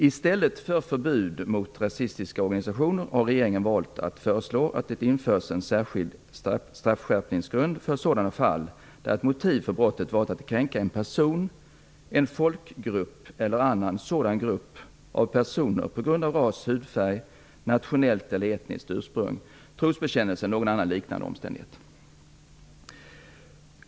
I stället för förbud mot rasistiska organisationer har regeringen valt att föreslå att det införs en särskild straffskärpningsgrund för sådana fall där ett motiv för brottet varit att kränka en person, en folkgrupp eller en annan sådan grupp av personer på grund av ras, hudfärg, nationellt eller etniskt ursprung, trosbekännelse eller annan liknande omständighet.